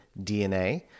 DNA